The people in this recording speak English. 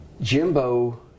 Jimbo